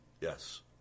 Yes